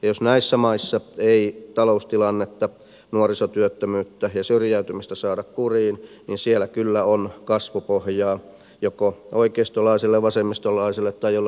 jos näissä maissa ei taloustilannetta nuorisotyöttömyyttä ja syrjäytymistä saada kuriin niin siellä kyllä on kasvupohjaa joko oikeistolaiselle vasemmistolaiselle tai jollekin muulle radikalismille